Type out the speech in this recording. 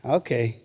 okay